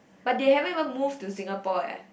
but they haven't even move to Singapore eh